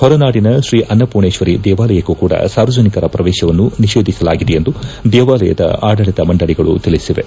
ಹೊರನಾಡಿನ ತ್ರೀ ಅನ್ನಪೂರ್ಣೇಪ್ವರಿ ದೇವಾಲಯಕ್ಕೂ ಕೂಡ ಸಾರ್ವಜನಿಕರ ಪ್ರವೇಶವನ್ನು ನಿಷೇಧಿಸಲಾಗಿದೆ ಎಂದು ದೇವಾಲಯದ ಆಡಳಿತ ಮಂಡಳಿಗಳು ತಿಳಿಸಿವೆ